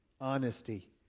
honesty